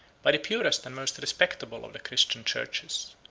by the purest and most respectable of the christian churches.